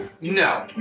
No